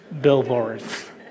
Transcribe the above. billboards